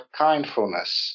kindfulness